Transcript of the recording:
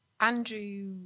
Andrew